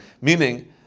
meaning